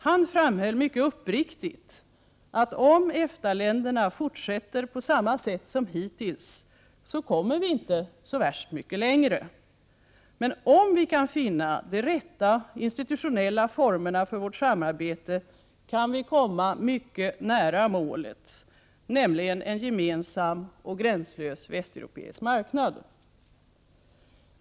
Han framhöll mycket uppriktigt att om EFTA-länderna fortsätter på samma sätt som hittills så kommer vi inte så värst mycket längre. Men om vi kan finna de rätta institutionella formerna för vårt samarbete kan vi komma mycket nära målet, nämligen en gemensam och gränslös västeuropeisk marknad.